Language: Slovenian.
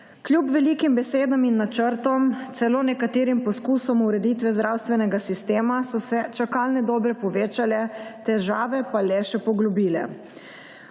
Kljub velikim besedam in načrtom, celo nekaterim poskusom ureditve zdravstvenega sistema so se čakalne dobe povečale, težave pa le še poglobile.